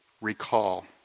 Recall